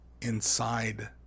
inside